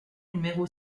numéro